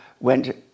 went